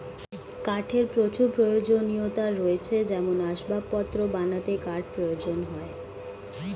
কাঠের প্রচুর প্রয়োজনীয়তা রয়েছে যেমন আসবাবপত্র বানাতে কাঠ প্রয়োজন হয়